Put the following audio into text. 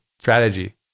strategy